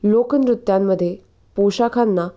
लोकनृत्यांमध्ये पोशाखांना